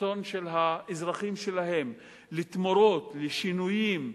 הרצון של האזרחים שלהם לתמורות, לשינויים,